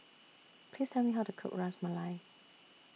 Please Tell Me How to Cook Ras Malai